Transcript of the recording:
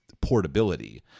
portability